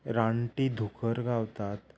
रानटी दुकर गावतात